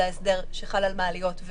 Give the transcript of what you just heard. זה ההסדר שחל על מעליות,